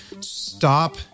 stop